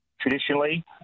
traditionally